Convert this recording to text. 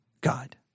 God